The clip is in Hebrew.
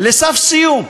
לסף סיום.